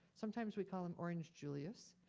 sometimes we call him orange julius.